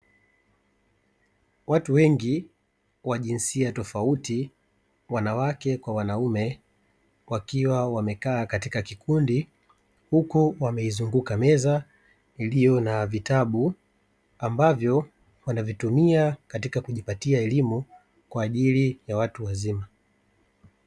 Watu wengi wa jinsia tofauti wanawake kwa wanaume wakiwa wamekaa katika kikundi huku wameizunguka meza iliyo na vitabu ambavyo wanavitumia katika kujipatia elimu kwa ajili ya watu wazima.